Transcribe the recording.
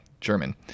German